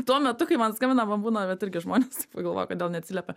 tuo metu kai man skambina man būna vat irgi žmonės pagalvoja kodėl neatsiliepia